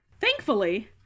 Thankfully